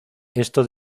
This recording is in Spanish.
esto